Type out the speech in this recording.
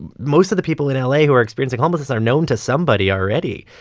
and most of the people in la who are experiencing homelessness are known to somebody already.